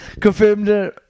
confirmed